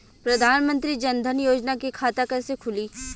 प्रधान मंत्री जनधन योजना के खाता कैसे खुली?